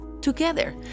together